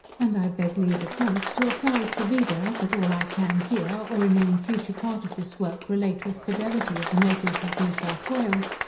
and i beg leave at once, to apprize the reader, that all i can here, or in any future part of this work, relate with fidelity of the natives of new south wales,